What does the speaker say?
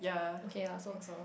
okay ya so